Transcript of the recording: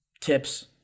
tips